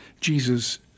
jesus